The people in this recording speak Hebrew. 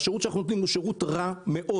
והשירות שאנחנו נותנים הוא שירות רע מאוד.